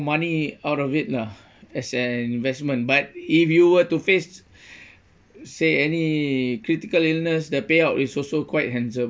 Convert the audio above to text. money out of it lah as an investment but if you were to face say any critical illness the payout is also quite handsome